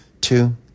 Two